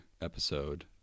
episode